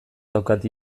daukat